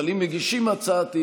אבל אם מגישים הצעת אי-אמון,